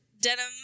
denim